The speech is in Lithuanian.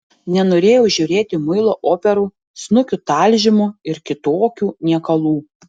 nenorėjau žiūrėti muilo operų snukių talžymų ir kitokių niekalų